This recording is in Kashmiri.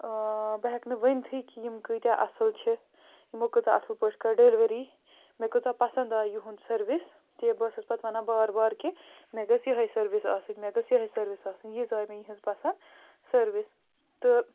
بہٕ ہٮ۪کہٕ نہٕ ؤنۍتھٕے کِہ یِم کۭتیاہ اَصٕل چھِ یِمو کۭژاہ اَصٕل پٲٹھۍ کٔر ڈٮ۪لؤری مےٚ کۭژاہ پسنٛد آے یِہُنٛد سٔروِس تہِ بہٕ ٲسٕس پَتہٕ ونان بار بار کہِ مےٚ گٔژھ یِہوٚے سٔروِس آسٕنۍ مےٚ گٔژھ یِہوٚے سٔروِس آسٕنۍ ییٖژاہ آے مےٚ یِہٕنٛز پَسنٛد سٔروِس تہٕ